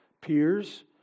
peers